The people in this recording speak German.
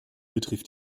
betrifft